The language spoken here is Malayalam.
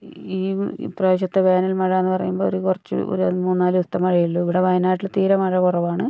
ഈ ഇപ്രാവശ്യത്തെ വേനൽ മഴ എന്ന് പറയുമ്പോ ഒരു കുറച്ച് ഒരു മൂന്ന് നാല് ദിവസത്തെ മഴയുള്ളു ഇവിടെ വയനാട്ടില് തീരെ മഴ കുറവാണ്